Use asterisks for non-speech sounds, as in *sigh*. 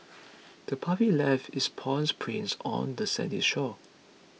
*noise* the puppy left its paw prints on the sandy shore